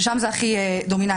ששם זה הכי דומיננטי,